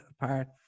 apart